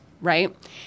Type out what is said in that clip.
right